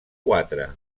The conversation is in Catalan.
quatre